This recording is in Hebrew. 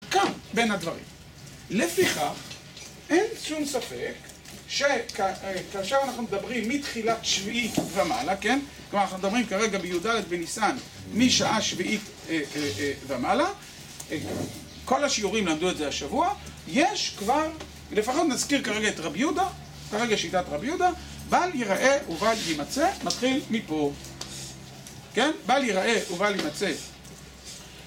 כאן בין הדברים. לפי כך, אין שום ספק שכאשר אנחנו מדברים מתחילת שביעית ומעלה, כן? כלומר, אנחנו מדברים כרגע ביהודה לבין ניסן משעה שביעית ומעלה. כל השיעורים למדו את זה השבוע. יש כבר, לפחות נזכיר כרגע את רב יהודה, כרגע שיטת רב יהודה. בל ייראה ובל יימצא מתחיל מפה, כן? בל ייראה ובל יימצא.